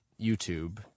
YouTube